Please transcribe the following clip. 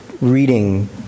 reading